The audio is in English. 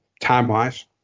time-wise